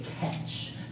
catch